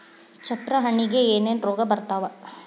ಚಪ್ರ ಹಣ್ಣಿಗೆ ಏನೇನ್ ರೋಗ ಬರ್ತಾವ?